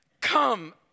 come